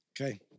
Okay